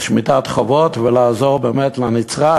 על שמיטת חובות ולעזור באמת לנצרך,